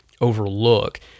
overlook